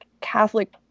Catholic